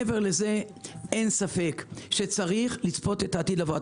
מעבר לזה, אין ספק שצריך לצפות את העתיד לבוא.